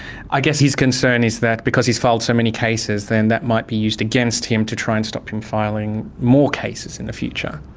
i guess his concern is that because he's filed so many cases then that might be used against him to try and stop him filing more cases in the future.